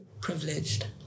privileged